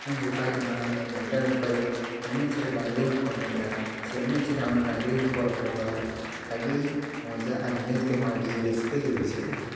ᱩᱱᱡᱚᱠᱷᱟᱡ ᱚᱱᱟ ᱠᱷᱩᱱᱴᱟᱹᱣ ᱡᱚᱠᱷᱟᱡ ᱫᱚ ᱩᱱᱟᱹᱜ ᱪᱮᱦᱨᱟ ᱰᱟᱹᱝᱨᱤ ᱦᱚᱸᱠᱚ ᱮᱱᱮᱡ ᱟ ᱪᱮ ᱩᱱᱟᱹᱜ ᱪᱮᱦᱨᱟ ᱚᱱᱟ ᱰᱟᱹᱝᱨᱤ ᱦᱚᱸᱠᱚ ᱨᱚᱯᱚᱜᱟ ᱟᱹᱰᱤ ᱢᱚᱡᱟ ᱧᱮᱞ ᱛᱮᱦᱚᱸ ᱟᱹᱰᱤ ᱨᱟᱹᱥᱠᱟᱹᱜᱮ ᱵᱩᱡᱷᱟᱹᱜᱼᱟ